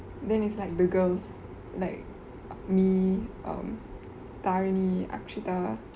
then it's like the girls like me um tarani akshita